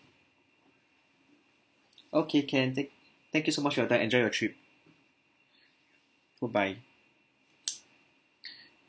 okay can tha~ thank you so much of your time enjoy your trip bye bye